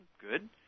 Good